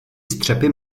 střepy